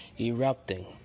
erupting